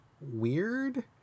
weird